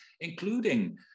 including